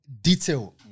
detail